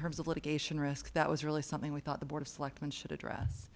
terms of litigation risk that was really something we thought the board of selectmen should address